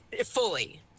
fully